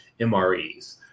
MREs